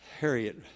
Harriet